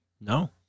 No